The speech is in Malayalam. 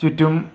ചുറ്റും